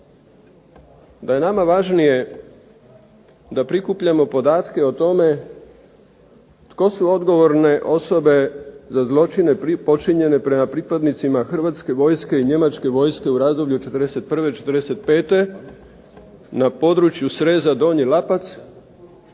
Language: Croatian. da je nama važnije da prikupljamo podatke o tome tko su odgovorne osobe za zločine počinjene prema pripadnicima Hrvatske vojske i njemačke vojske u razdoblju od '41. do '45. na području sreza Donji Lapac,